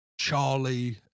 Charlie